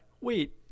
wait